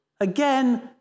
Again